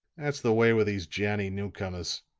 that's the way with these johnnie newcomers,